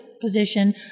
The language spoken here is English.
position